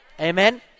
Amen